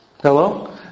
Hello